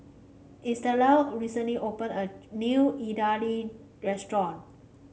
Estella recently opened a new Idili restaurant